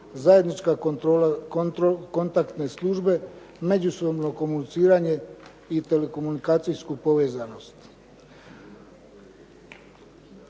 zajedničke kontaktne službe, međusobno komuniciranje i telekomunikacijska povezanost.